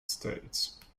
states